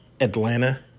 Atlanta